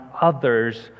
others